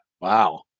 Wow